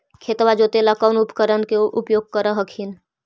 खेतबा जोते ला कौन उपकरण के उपयोग कर हखिन?